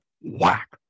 whack